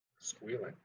squealing